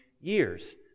years